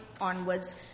onwards